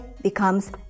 becomes